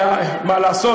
מה לעשות,